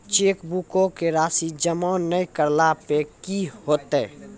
चेकबुको के राशि जमा नै करला पे कि होतै?